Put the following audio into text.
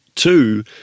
Two